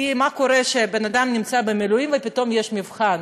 כי מה קורה כשבן אדם נמצא במילואים ופתאום יש מבחן?